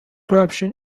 corruption